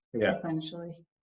essentially